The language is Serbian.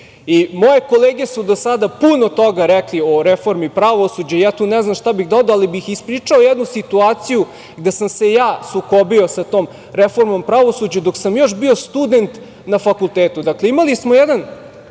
kolege su do sada puno toga rekle o reformi pravosuđa i ja tu ne znam šta bih dodao, ali bih ispričao jednu situaciju gde sam se ja sukobio sa tom reformom pravosuđa dok sam još bio student na fakultetu. Dakle, imali smo jedan